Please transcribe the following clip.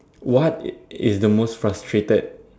what is the most frustrated